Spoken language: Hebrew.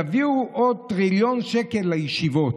תביאו עוד טריליון שקל לישיבות.